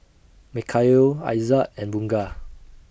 Mikhail Aizat and Bunga